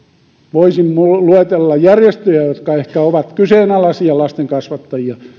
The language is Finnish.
voisin luetella järjestöjä jotka ehkä ovat kyseenalaisia lasten kasvattajia